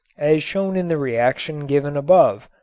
as shown in the reaction given above,